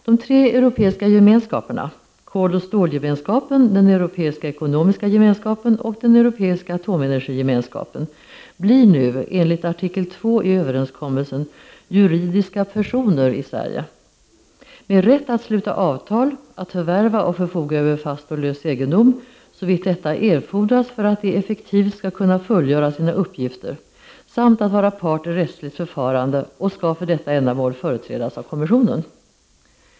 De tre europeiska gemenskaperna — koloch stålgemenskapen, den Europeiska ekonomiska gemenskapen och den Europeiska atomenergigemenskapen — blir nu, enligt artikel 2 i överenskommelsen, juridiska personer i Sverige med rätt att sluta avtal, att förvärva och förfoga över fast och lös egendom såvitt detta erfordras för att de effektivt skall kunna fullgöra sina uppgifter samt att vara part i rättsligt förfarande, och skall för detta ändamål företrädas av kommissionen.